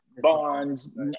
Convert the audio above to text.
bonds